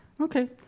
Okay